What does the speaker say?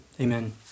Amen